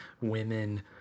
women